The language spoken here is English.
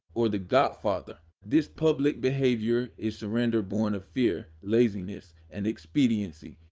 or the godfather? this public behavior is surrender born of fear, laziness, and expediency.